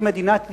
את מדינת ישראל,